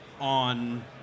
on